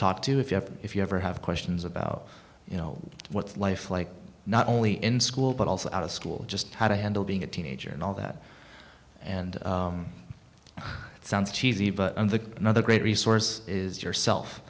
talk to you if you ever have questions about you know what's life like not only in school but also out of school just how to handle being a teenager and all that and it sounds cheesy but another great resource is yourself